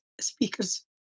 speakers